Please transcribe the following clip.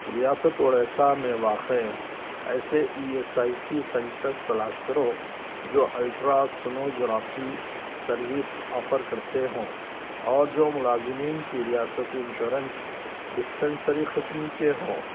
ریاست اڑیسہ میں واقع ایسے E S I C centres تلاش کرو جو الٹراسونوگرافی سروس آفر کرتے ہوں اور جو ملازمین کی ریاستی انشورنس ڈسپنسری قسم کے ہوں